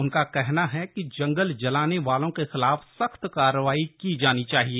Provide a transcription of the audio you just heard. उनका कहना है कि जंगल जलाने वालों के खिलाफ सख्त कार्रवाई की जाना चाहिए